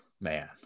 man